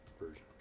version